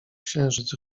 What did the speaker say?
księżyc